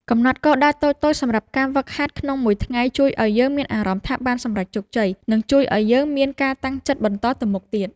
កំណត់គោលដៅតូចៗសម្រាប់ការហ្វឹកហាត់ក្នុងមួយថ្ងៃជួយឱ្យយើងមានអារម្មណ៍ថាបានសម្រេចជោគជ័យ និងជួយឱ្យយើងមានការតាំងចិត្តបន្តទៅមុខទៀត។